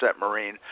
Marine